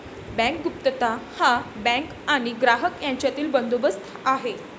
bank गुप्तता हा bank आणि ग्राहक यांच्यातील बंदोबस्त आहे